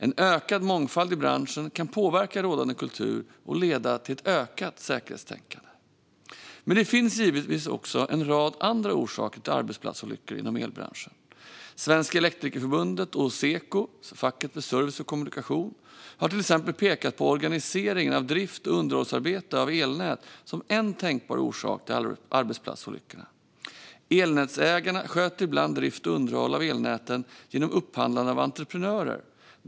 En ökad mångfald i branschen kan påverka rådande kultur och leda till ett ökat säkerhetstänkande. Men det finns givetvis också en rad andra orsaker till arbetsplatsolyckor inom elbranschen. Svenska Elektrikerförbundet och Seko, facket för service och kommunikation, har till exempel pekat på organiseringen av drift och underhållsarbete av elnät som en tänkbar orsak till arbetsplatsolyckorna. Elnätsägarna sköter ibland drift och underhåll av elnäten genom upphandlade entreprenörer.